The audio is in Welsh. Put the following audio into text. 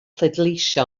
pleidleisio